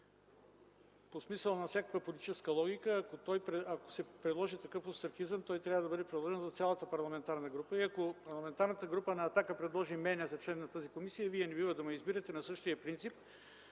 По смисъла на всякаква политическа логика, ако се предложи такъв остракизъм, той трябва да бъде приложен за цялата парламентарна група и ако Парламентарната група на „Атака” предложи мен за член на тази комисия, вие не бива да ме избирате на същия принцип,